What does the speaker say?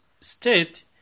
state